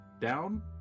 down